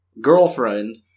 Girlfriend